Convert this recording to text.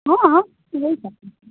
હા હા મળી જાય